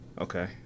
Okay